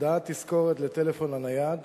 הודעת תזכורת לטלפון הנייד,